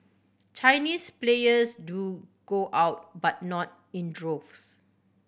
Chinese players do go out but not in droves